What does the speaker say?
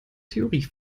theorie